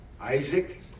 Isaac